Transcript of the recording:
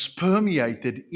permeated